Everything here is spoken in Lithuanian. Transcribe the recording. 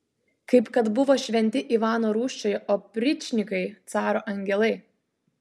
kaip kad buvo šventi ivano rūsčiojo opričnikai caro angelai